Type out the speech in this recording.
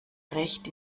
recht